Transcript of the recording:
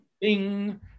Bing